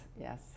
yes